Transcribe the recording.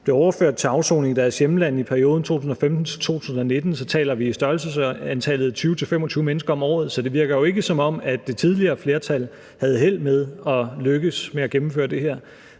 blev overført til afsoning i deres hjemland i perioden 2015 til 2019, så taler vi om et antal på 20-25 mennesker om året. Så det virker jo ikke, som om det tidligere flertal havde held med at gennemføre det her.